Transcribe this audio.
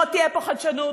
לא תהיה פה חדשנות,